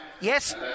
yes